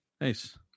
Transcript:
Nice